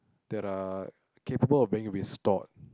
that are capable of being restored